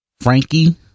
frankie